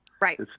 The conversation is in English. Right